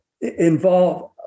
involve